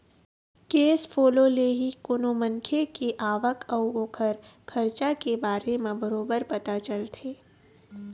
cash follow ले ही कोनो मनखे के आवक अउ ओखर खरचा के बारे म बरोबर पता चलथे